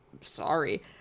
sorry